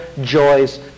joys